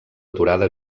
aturada